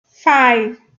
five